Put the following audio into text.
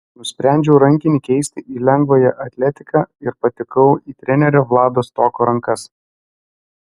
nusprendžiau rankinį keisti į lengvąją atletiką ir patekau į trenerio vlado stoko rankas